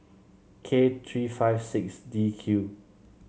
K three five six D Q